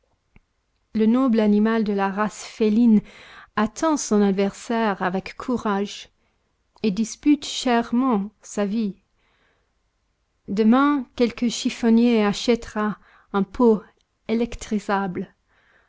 le noble animal de la race féline attend son adversaire avec courage et dispute chèrement sa vie demain quelque chiffonnier achètera une peau électrisable